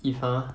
if ah